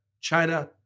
China